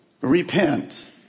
repent